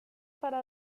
para